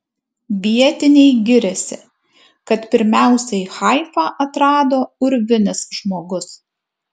vietiniai giriasi kad pirmiausiai haifą atrado urvinis žmogus